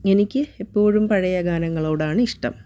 എനിക്ക് എപ്പോഴും പഴയ ഗാനങ്ങളോടാണ് ഇഷ്ടം